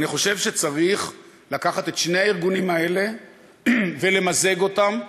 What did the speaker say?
אני חושב שצריך לקחת את שני הארגונים האלה ולמזג אותם.